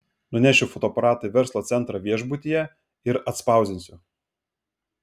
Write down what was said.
nunešiu fotoaparatą į verslo centrą viešbutyje ir atspausdinsiu